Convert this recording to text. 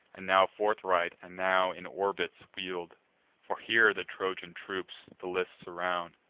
and now forthright, and now in orbits wheel'd for here the trojan troops the list surround,